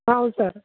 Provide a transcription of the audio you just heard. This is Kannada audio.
ಹಾಂ ಹೌದು ಸರ್